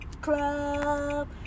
Club